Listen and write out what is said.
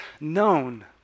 known